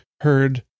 heard